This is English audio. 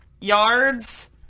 yards